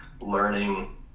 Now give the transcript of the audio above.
learning